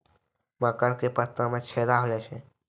मकर के पत्ता मां छेदा हो जाए छै?